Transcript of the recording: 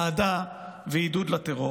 אהדה ועידוד לטרור.